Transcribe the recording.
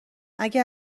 اگه